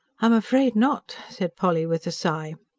i'm afraid not, said polly with a sigh.